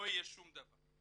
לא יהיה שום דבר.